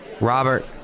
Robert